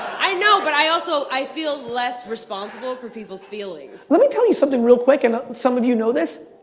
i know, but i also, i feel less responsible for people's feelings. let me tell you something real quick, and some of you know this.